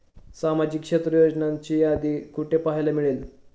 सामाजिक क्षेत्र योजनांची यादी कुठे पाहायला मिळेल?